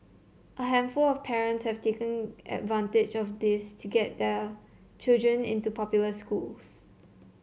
a handful of parents have taken advantage of this to get their children into popular schools